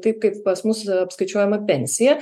taip kaip pas mus apskaičiuojama pensija